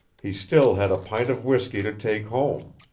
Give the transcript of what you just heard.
he still had a pint of whisky to take home.